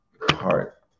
heart